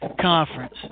conference